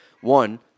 one